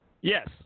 Yes